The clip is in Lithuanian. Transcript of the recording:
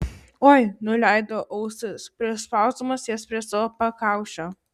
oi nuleido ausis prispausdamas jas prie savo pakaušio